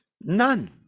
None